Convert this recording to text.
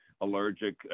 allergic